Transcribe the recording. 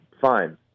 fine